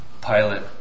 pilot